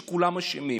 שכולם אשמים.